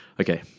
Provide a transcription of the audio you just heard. okay